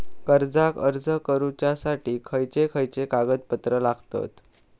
कर्जाक अर्ज करुच्यासाठी खयचे खयचे कागदपत्र लागतत